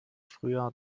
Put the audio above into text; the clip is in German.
frühjahr